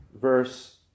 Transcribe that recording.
verse